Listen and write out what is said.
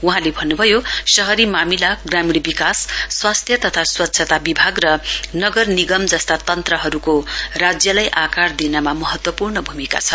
वहाँले भन्नुभयो शहरी मामिला ग्रामीण विकास स्वास्थ्य तथा स्वच्छता विभाग र नगर निगम जस्ता तन्वहरूको राज्यलाई आकार दिनमा महत्वपूर्ण भूमिका छ